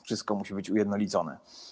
Wszystko musi być ujednolicone.